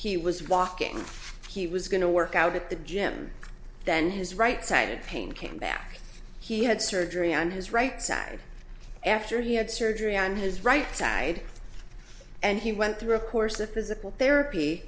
he was walking he was going to work out at the gym then his right side pain came back he had surgery on his right side after he had surgery on his right side and he went through a course of physical therapy